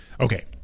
Okay